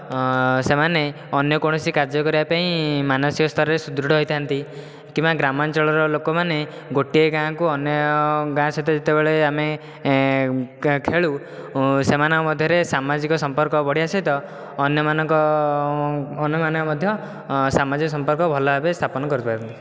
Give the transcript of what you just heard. ସେମାନେ ଅନ୍ୟ କୌଣସି କାର୍ଯ୍ୟ କରିବା ପାଇଁ ମାନସିକ ସ୍ତରରେ ସୃଦୃଢ଼ ହୋଇଥାନ୍ତି କିମ୍ବା ଗ୍ରାମାଞ୍ଚଳର ଲୋକମାନେ ଗୋଟିଏ ଗାଁକୁ ଅନ୍ୟ ଗାଁ ସହିତ ଯେତେବେଳେ ଆମେ ଖେଳୁ ସେମାନଙ୍କ ମଧ୍ୟରେ ସାମାଜିକ ସମ୍ପର୍କ ବଢ଼ିବା ସହିତ ଅନ୍ୟମାନଙ୍କ ଅନ୍ୟମାନେ ମଧ୍ୟ ସାମାଜିକ ସମ୍ପର୍କ ଭଲ ଭାବରେ ସ୍ଥାପନ କରି ପାରନ୍ତି